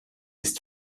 ist